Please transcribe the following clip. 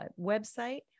website